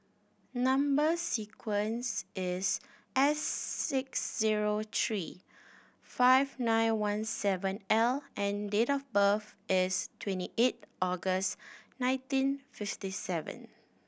number sequence is S six zero three five nine one seven L and date of birth is twenty eight August nineteen fifty seven